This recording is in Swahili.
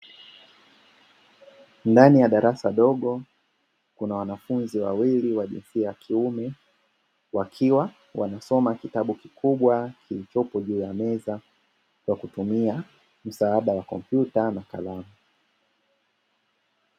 Ndani ya darasa dogo kuna wanafunzi wawili wa jinsia ya kiume, wakiwa wanasoma kitabu kikubwa kilichopo juu ya meza kwa kutumia msaada wa kompyuta na kalamu.